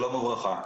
שלום וברכה.